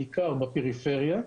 בעיקר בפריפריה,